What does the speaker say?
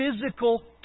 physical